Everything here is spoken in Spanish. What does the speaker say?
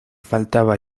faltaba